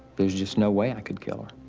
there's just no way i could kill her.